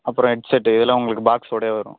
அப்புறம் ஹெட்செட் இதெல்லாம் உங்களுக்கு பாக்ஸோடயே வரும்